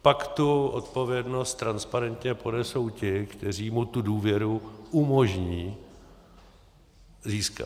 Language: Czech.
Pak tu odpovědnost transparentně ponesou ti, kteří mu tu důvěru umožní získat.